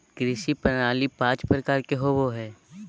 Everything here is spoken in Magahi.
कृषि प्रणाली पाँच प्रकार के होबो हइ